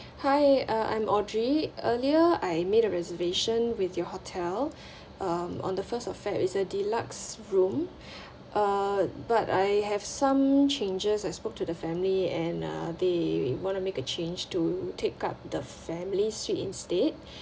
hi uh I'm audrey earlier I made a reservation with your hotel um on the first of feb is a deluxe room uh but I have some changes I spoke to the family and uh they want to make a change to take up the family suite instead